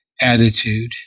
attitude